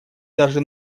даже